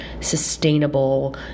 sustainable